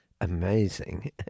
amazing